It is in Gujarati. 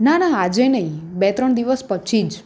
ના ના આજે નહીં બે ત્રણ દિવસ પછી જ